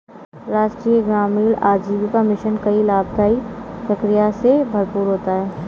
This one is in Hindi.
राष्ट्रीय ग्रामीण आजीविका मिशन कई लाभदाई प्रक्रिया से भरपूर होता है